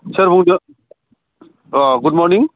सोर बुंदों अ गुड मरनिं